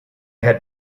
had